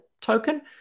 token